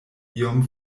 iom